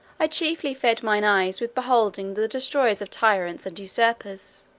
i chiefly fed mine eyes with beholding the destroyers of tyrants and usurpers,